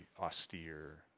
austere